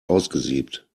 ausgesiebt